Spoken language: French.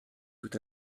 tout